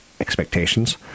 expectations